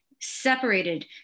separated